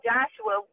Joshua